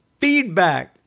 feedback